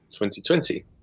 2020